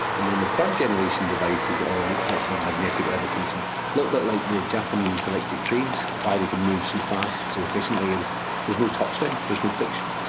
and then the third generation devices are all what's called magnetic levitation, a little bit like the japanese electric trains, why they can move so fast, so efficiently is there is no touchdown, there is no friction.